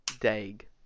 dag